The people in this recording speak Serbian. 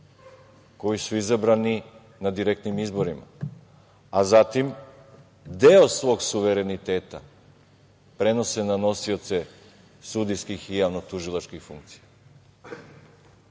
koji su izabrani na direktnim izborima. Zatim, deo svog suvereniteta prenose na nosioce sudijskih i javnotužilačkih funkcija.